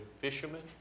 fishermen